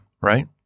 right